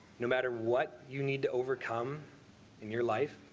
no matter what you need to overcome in your life,